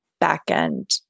back-end